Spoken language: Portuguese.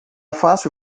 fácil